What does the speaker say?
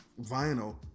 vinyl